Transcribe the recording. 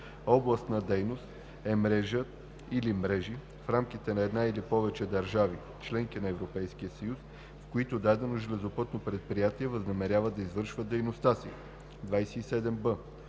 „Област на дейност“ е мрежа или мрежи в рамките на една или повече държави – членки на Европейския съюз, в които дадено железопътно предприятие възнамерява да извършва дейността си. 27б.